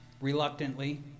reluctantly